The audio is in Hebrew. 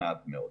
מעט מאוד.